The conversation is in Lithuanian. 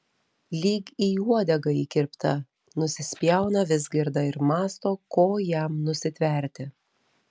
lyg į uodegą įkirpta nusispjauna vizgirda ir mąsto ko jam nusitverti